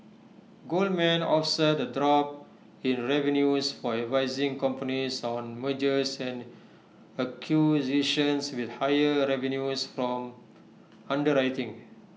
Goldman offset A drop in revenues for advising companies on mergers and acquisitions with higher revenues from underwriting